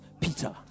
Peter